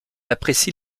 apprécie